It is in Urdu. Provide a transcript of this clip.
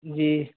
جی